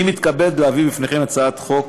אני מתכבד להביא לפניכם את הצעת חוק